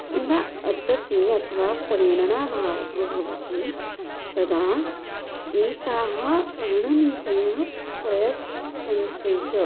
यदा अटति अथवा प्रेरणाभावः भवति तदा एताः रणनीतयः प्रयतन्ते च